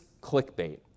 clickbait